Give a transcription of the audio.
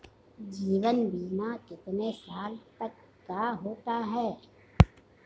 जीवन बीमा कितने साल तक का होता है?